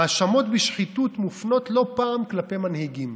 האשמות בשחיתות מופנות לא פעם כלפי מנהיגים,